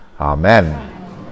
Amen